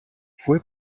fue